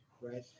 right